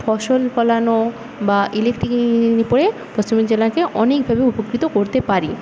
ফসল ফলানো বা ইলেকট্রিকাল ইঞ্জিনিয়ারিং নিয়ে পড়ে পশ্চিম মেদিনীপুর জেলাকে অনেকভাবে উপকৃত করতে পারি